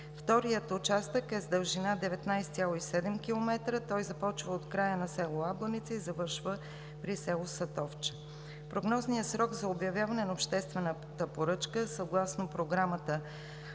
Вторият участък е с дължина 19,7 км. Той започва от края на село Абланица и завършва при село Сатовча. Прогнозният срок за обявяване на обществената поръчка, съгласно Програмата